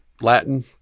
Latin